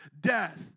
death